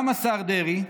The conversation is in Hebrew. גם השר דרעי,